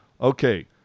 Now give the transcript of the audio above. Okay